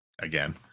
again